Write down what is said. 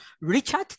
Richard